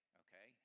okay